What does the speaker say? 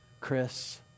Chris